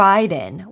Biden